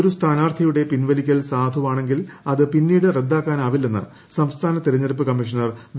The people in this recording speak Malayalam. ഒരു സ്ഥാനാർത്ഥിയുടെ പിൻവലിക്കൽ സാധുവാണെങ്കിൽ അത് പിന്നീട് റദ്ദാക്കാനാവില്ലെന്ന് സംസ്ഥാന തെരഞ്ഞെടുപ്പ് കമ്മീഷണർ വി